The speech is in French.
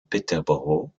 peterborough